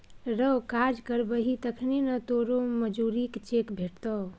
रौ काज करबही तखने न तोरो मजुरीक चेक भेटतौ